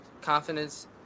confidence